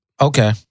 Okay